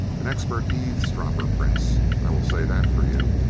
an expert eavesdropper, prince, i will say that for you.